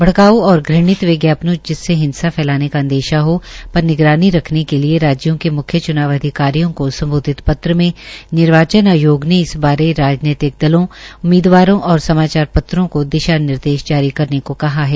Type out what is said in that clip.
भड़काऊ और घृणित विज्ञापनों जिससे हिसा फैलाने का अंदेशा हो पर निगरानी रखने के लिये राज्यों के म्ख्य च्नाव अधिकारियों को सम्बोधित पत्र में निर्वाचन आयोग ने इस बारे राजनीतिक दलों उम्मीदवारों और समाचार पत्रों को दिशा निर्देश जारी करने को कहा है